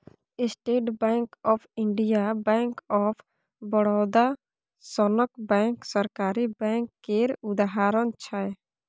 state Bank of India, Bank of Baroda सनक bank सरकारी bank केर उदाहरण छै